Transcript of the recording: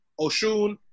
Oshun